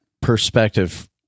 perspective